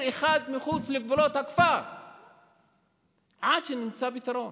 אחד מחוץ לגבולות הכפר עד שנמצא פתרון.